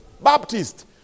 Baptist